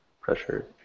Pressure